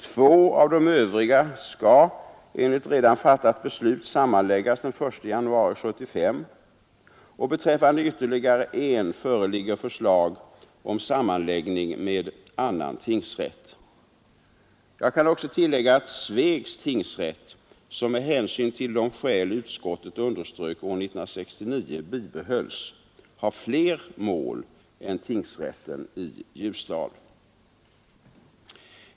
Två av de övriga skall enligt redan fattat beslut sammanläggas den 1 januari 1975, och beträffande ytterligare en föreligger förslag om sammanläggning med annan tingsrätt. Jag kan också tillägga att Svegs tingsrätt, som med hänsyn till de skäl utskottet underströk år 1969 bibehölls, har fler mål än tingsrätten i Ljusdal.